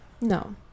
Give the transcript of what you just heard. no